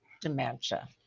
dementia